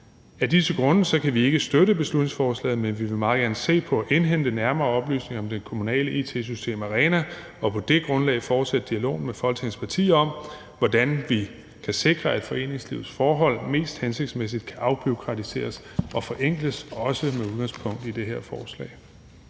Af disse grunde kan vi ikke støtte beslutningsforslaget, men vi vil meget gerne se på at indhente nærmere oplysninger om det kommunale it-system ARENA og på det grundlag fortsætte dialogen med Folketingets partier om, hvordan vi kan sikre, at foreningslivets forhold mest hensigtsmæssigt kan afbureaukratiseres og forenkles, også med udgangspunkt i det her forslag.